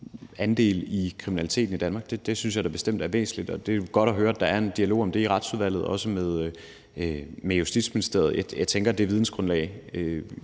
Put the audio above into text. andel af kriminaliteten i Danmark. Det synes jeg da bestemt er væsentligt, og det er godt at høre, at der er en dialog om det i Retsudvalget, også med Justitsministeriet. Jeg tænker, at det vidensgrundlag